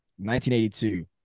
1982